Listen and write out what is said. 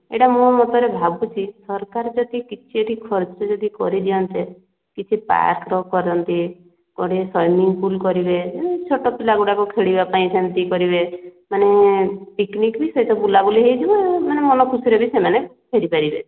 ଏଟା ମୋ ମତରେ ଭାବୁଛି ସରକାର ଯଦି କିଛି ଏଠି ଖର୍ଚ୍ଚ ଯଦି କରିଦିଅନ୍ତେ କିଛି ପାର୍କର କରନ୍ତେ ଗୋଟେ ସୁଇମିଙ୍ଗ୍ ପୁଲ୍ କରିବେ ଛୋଟ ପିଲାଗୁଡ଼ାକ ଖେଳିବାପାଇଁ ସେମିତି କରିବେ ମାନେ ପିକନିକ୍ ସହିତ ବୁଲାବୁଲି ବି ହୋଇଯିବ ମାନେ ମନଖୁସିରେ ବି ସେମାନେ ଫେରିପାରିବେ